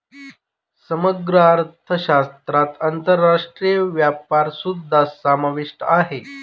समग्र अर्थशास्त्रात आंतरराष्ट्रीय व्यापारसुद्धा समाविष्ट आहे